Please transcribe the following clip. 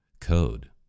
code